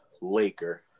Laker